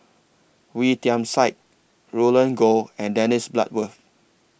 Wee Tian Siak Roland Goh and Dennis Bloodworth